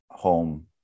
home